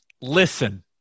listen